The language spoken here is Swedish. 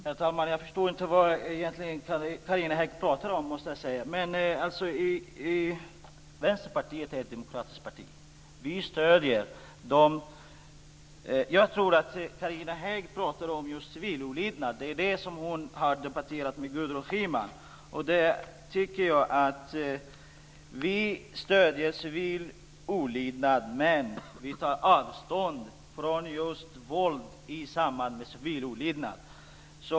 Herr talman! Jag förstår inte vad Carina Hägg egentligen talar om, måste jag säga. Vänsterpartiet är ett demokratiskt parti. Jag tror att Carina Hägg talar om just civil olydnad. Det är detta som hon har debatterat med Gudrun Schyman. Vi stöder civil olydnad, men vi tar avstånd från just våld i samband med civil olydnad.